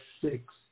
six